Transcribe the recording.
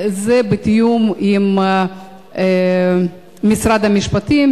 זה בתיאום עם משרד המשפטים,